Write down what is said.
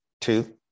two